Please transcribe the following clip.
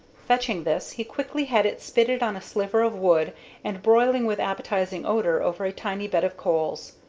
fetching this, he quickly had it spitted on a sliver of wood and broiling with appetizing odor over a tiny bed of coals.